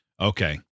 Okay